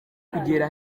kugera